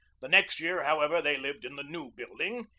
the next year, however, they lived in the new building,